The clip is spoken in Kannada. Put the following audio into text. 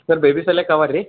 ಸರ್ ಬೇಬಿ ಸಲಕ್ಕ ಅವ ರೀ